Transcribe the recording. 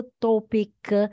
topic